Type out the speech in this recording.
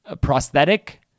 prosthetic